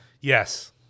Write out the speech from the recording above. Yes